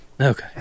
Okay